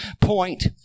point